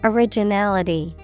Originality